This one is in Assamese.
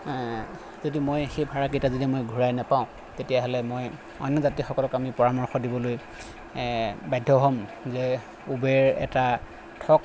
যদি মই সেই ভাড়াকেইটা যদি মই ঘূৰাই নাপাওঁ তেতিয়াহ'লে মই অন্য যাত্ৰীসকলক আমি পৰামৰ্শ দিবলৈ বাধ্য হ'ম যে ওবেৰ এটা ঠগ